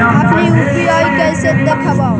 अपन यु.पी.आई कैसे देखबै?